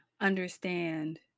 understand